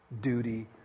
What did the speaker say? duty